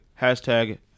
Hashtag